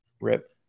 rip